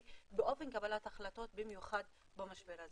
באופן קבלת ההחלטות במיוחד במשבר הזה.